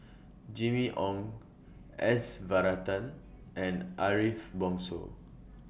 Jimmy Ong S Varathan and Ariff Bongso